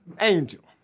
angel